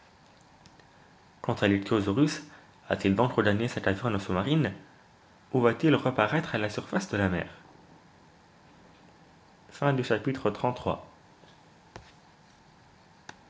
à l'ichthyosaurus a-t-il donc regagné sa caverne sous-marine ou va-t-il reparaître à la surface de la mer